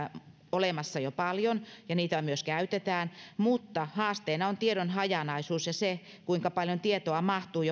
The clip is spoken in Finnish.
olemassa jo paljon ja niitä myös käytetään mutta haasteena on tiedon hajanaisuus ja se kuinka paljon tietoa mahtuu